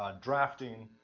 um drafting,